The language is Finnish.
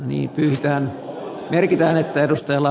ääni yhtään merkintää perustella